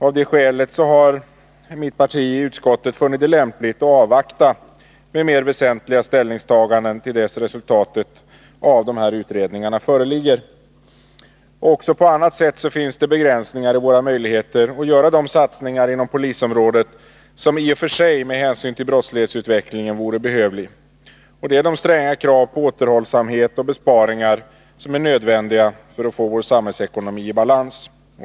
Av det skälet har mitt parti i utskottet funnit det lämpligt att avvakta med mera väsentliga ställningstaganden tills resultaten av dessa utredningar föreligger. Också på annat sätt finns det begränsningar i våra möjligheter att göra de satsningar inom polisområdet som i och för sig med hänsyn till brottslighetsutvecklingen vore behövliga. Det är de stränga krav på återhållsamhet och besparingar som är nödvändiga för att få vår samhällsekonomi i balans.